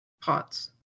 pots